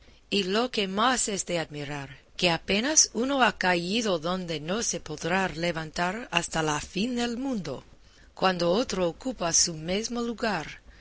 y lo que más es de admirar que apenas uno ha caído donde no se podrá levantar hasta la fin del mundo cuando otro ocupa su mesmo lugar